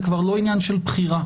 זה כבר לא עניין של בחירה,